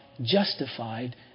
justified